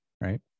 right